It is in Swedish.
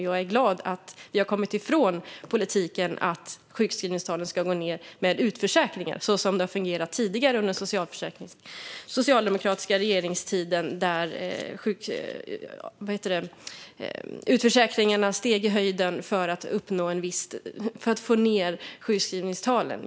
Jag är glad över att vi har kommit ifrån politiken att sjukskrivningstalen ska gå ned genom utförsäkring, så som det har fungerat tidigare under den socialdemokratiska regeringstiden då utförsäkringarna steg i höjden för att man skulle få ned sjukskrivningstalen.